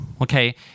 okay